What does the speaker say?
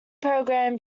programme